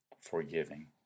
forgiving